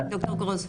בחודש.